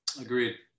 Agreed